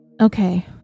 okay